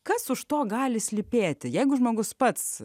kas už to gali slypėti jeigu žmogus pats